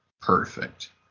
perfect